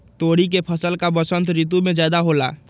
तोरी के फसल का बसंत ऋतु में ज्यादा होला?